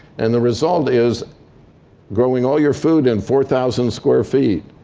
and the result is growing all your food in four thousand square feet.